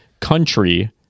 country